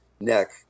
neck